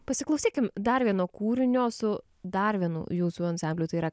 pasiklausykim dar vieno kūrinio su dar vienu jūsų ansambliui tai yra